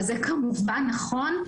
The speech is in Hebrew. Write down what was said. וזה כמובן נכון.